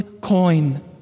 coin